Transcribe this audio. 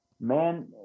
man